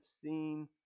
seen